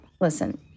listen